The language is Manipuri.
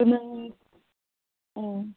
ꯑꯗꯨ ꯅꯪ ꯑꯣ